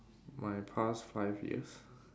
my past five years